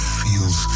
feels